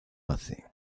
hace